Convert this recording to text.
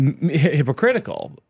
hypocritical